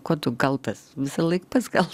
kuo rtu kaltas visąlaik pats kal